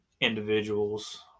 individuals